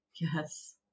Yes